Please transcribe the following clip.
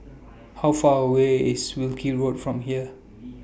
How Far away IS Wilkie Road from here